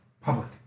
public